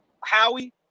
Howie